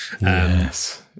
Yes